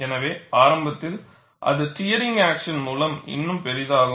எனவே ஆரம்பத்தில் அது டியரிங்க் ஆக்ஷன் மூலம் இன்னும் பெரிதாகும்